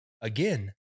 again